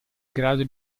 grado